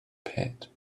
pit